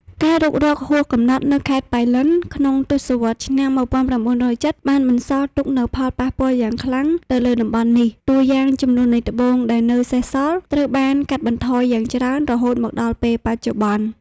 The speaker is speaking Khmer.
ការរុករកហួសកំណត់នៅខេត្តប៉ៃលិនក្នុងទសវត្សរ៍ឆ្នាំ ១៩៧០ បានបន្សល់ទុកនូវផលប៉ះពាល់យ៉ាងខ្លាំងទៅលើតំបន់នេះ តួយ៉ាងចំនួននៃត្បូងដែលនៅសេសសល់ត្រូវបានបានកាត់បន្ថយយ៉ាងច្រើនរហូតមកដល់ពេលបច្ចុប្បន្ន។